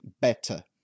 better